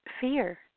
fear